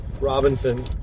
Robinson